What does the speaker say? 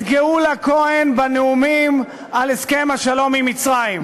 את גאולה כהן בנאומים על הסכם השלום עם המצרים.